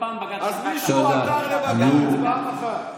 אז מישהו עתר לבג"ץ פעם אחת.